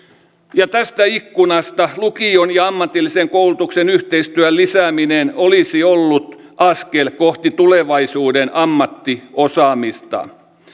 ja tästä ikkunasta lukion ja ammatillisen koulutuksen yhteistyön lisääminen olisi ollut askel kohti tulevaisuuden ammattiosaamista